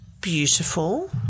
beautiful